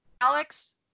Alex